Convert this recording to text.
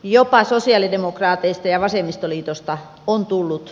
jopa sosialidemokraateista ja vasemmistoliitosta on tullut